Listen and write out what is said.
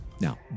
Now